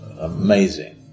amazing